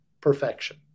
perfection